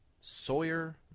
Sawyer